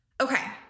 Okay